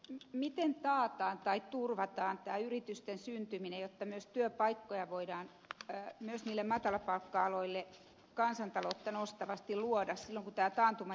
miten taataan tai turvataan yritysten syntyminen jotta työpaikkoja voidaan luoda myös matalapalkka aloille kansantaloutta nostavasti silloin kun tämä taantuma jonain päivänä kääntyy